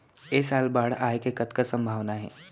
ऐ साल बाढ़ आय के कतका संभावना हे?